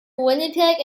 winnipeg